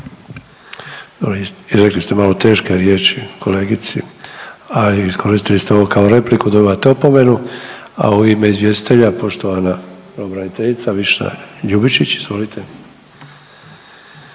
Izrekli ste malo teške riječi kolegici, ali iskoristili ste ovo kao repliku dobivate opomenu. A u ime izvjestiteljica poštovana pravobraniteljica Višnja Ljubičić. Izvolite.